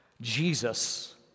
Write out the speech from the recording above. Jesus